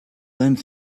learned